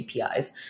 APIs